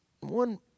one